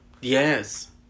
Yes